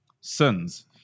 sins